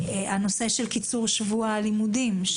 נושא קיצור שבוע הלימודים,